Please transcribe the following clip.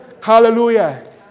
hallelujah